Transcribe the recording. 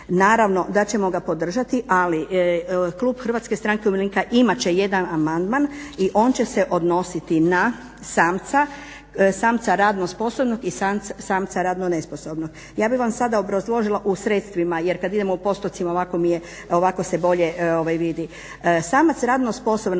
naravno da ćemo ga podržati ali Klub Hrvatske stranke umirovljenika imate će jedan amandman i on će se odnositi na samca, samca radnog sposobnog i samca radno nesposobnog. Ja bih vam sada obrazložila u sredstvima jer kad idemo u postupcima ovako se bolje vidi. Samac radno sposoban